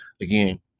again